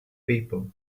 people